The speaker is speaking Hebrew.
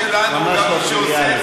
ממש לא טריוויאלי.